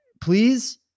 Please